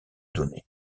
données